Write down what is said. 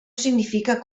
significa